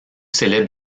célèbre